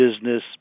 business